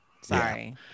Sorry